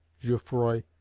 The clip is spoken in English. jouffroy,